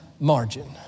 margin